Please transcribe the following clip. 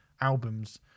albums